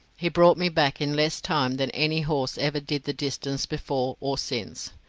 he brought me back in less time than any horse ever did the distance before or since.